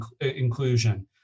inclusion